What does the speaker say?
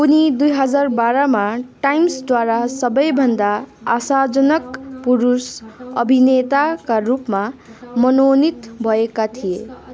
उनी दुई हजार बाह्रमा टाइम्सद्वारा सबैभन्दा आशाजनक पुरुष अभिनेताका रूपमा मनोनीत भएका थिए